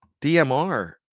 DMR